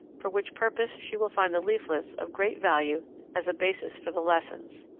for which purpose she will find the leaflets of great value as a basis for the lessons.